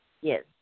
Yes